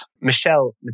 Michelle